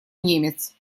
немец